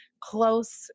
close